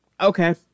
Okay